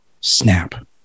snap